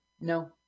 no